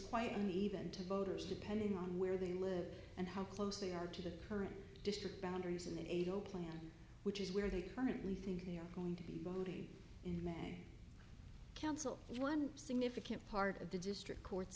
quite an event to voters depending on where they live and how close they are to the current district boundaries in the eight zero plan which is where they currently think they are going to be voting in council one significant part of the district court's